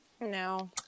no